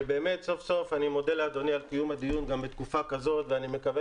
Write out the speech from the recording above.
ובאמת אני מודה לאדוני על קיום הדיון גם בתקופה כזאת ואני מקווה